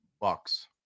Bucks